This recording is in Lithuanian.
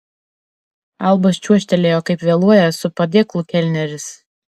albas čiuožtelėjo kaip vėluojąs su padėklu kelneris